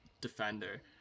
defender